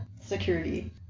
security